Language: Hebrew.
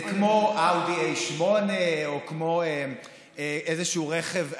זה כמו אאודי A8 או כמו איזשהו רכב,